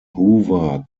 hoover